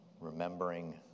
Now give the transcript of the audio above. remembering